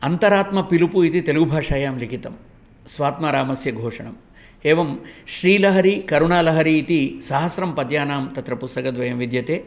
अन्तरात्मपिलुपु इति तेलुगुभाषायां लिखितं स्वात्मारामस्य घोषणम् एवं श्रीलहरी करुणालहरी इति सहस्रं पद्यानां तत्र पुस्तकद्वयं विद्यते